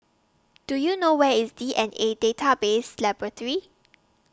Do YOU know Where IS D N A Database Laboratory